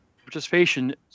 participation